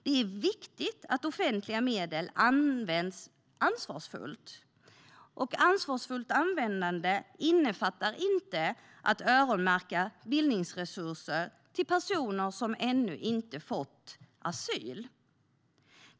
Det är viktigt att offentliga medel används ansvarsfullt, och ansvarsfullt användande innefattar inte att öronmärka bildningsresurser till personer som ännu inte fått asyl.